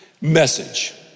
message